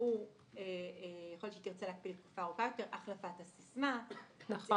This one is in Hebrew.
הוא יכול שתרצה להקפיא החלפת הסיסמה --- הפתרון